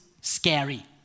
scary